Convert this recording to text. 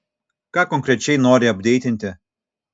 ką konkrečiai nori apdeitinti